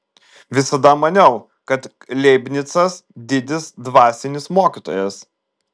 visada maniau kad leibnicas didis dvasinis mokytojas